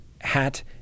hat